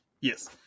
Yes